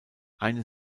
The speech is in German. eine